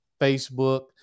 Facebook